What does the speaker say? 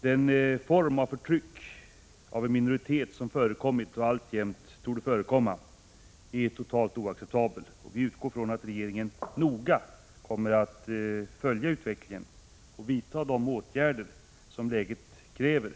Den form av förtryck av en minoritet som förekommit och alltjämt torde förekomma är totalt oaccepta bel, och vi utgår ifrån att regeringen noga kommer att följa utvecklingen och vidta de åtgärder som läget kräver.